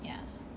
yeah